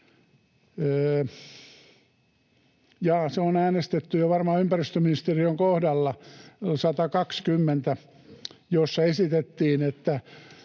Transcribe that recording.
se on äänestetty jo varmaan ympäristöministeriön kohdalla — jossa esitettiin, että